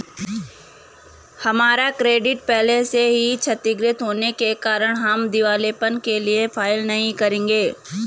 हमारा क्रेडिट पहले से ही क्षतिगृत होने के कारण हम दिवालियेपन के लिए फाइल नहीं करेंगे